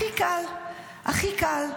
הכי קל, הכי קל.